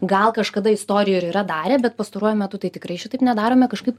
gal kažkada istorijoj ir yra darę bet pastaruoju metu tai tikrai šitaip nedarome kažkaip